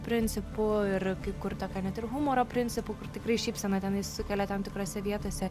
principu ir kai kur tokio net ir humoro principu kur tikrai šypseną tenais sukelia tam tikrose vietose